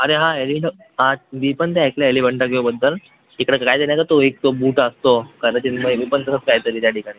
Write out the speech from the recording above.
अरे हां एलिंटा हां मी पण ते ऐकलं आहे एलिफंटा केवबद्दल तिकडं काय ते नाही का तो एक बूट असतो कदाचित मी पण तसंच काही तरी त्या ठिकाणी